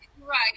Right